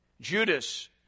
Judas